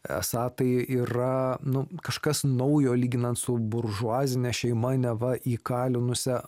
esą tai yra nu kažkas naujo lyginant su buržuazine šeima neva įkalinusia